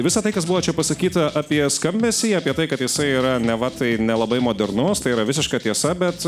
visa tai kas buvo čia pasakyta apie skambesį apie tai kad jisai yra neva tai nelabai modernus tai yra visiška tiesa bet